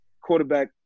quarterback